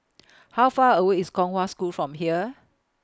How Far away IS Kong Hwa School from here